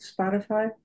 Spotify